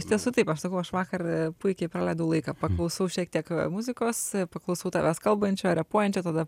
iš tiesų taip aš sakau aš vakar puikiai praleidau laiką paklausau šiek tiek muzikos paklausau tavęs kalbančio repuojančio tada